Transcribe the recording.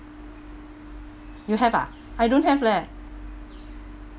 you have ah I don't have leh